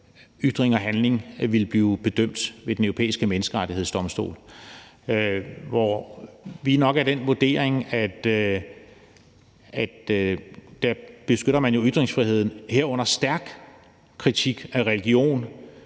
ytring og handling ville blive bedømt ved Den Europæiske Menneskerettighedsdomstol. Vi har nok den vurdering, at man jo beskytter ytringsfriheden, herunder stærk kritik af religion,